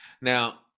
now